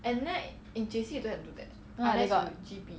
oh my god